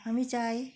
আমি চাই